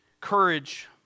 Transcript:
Courage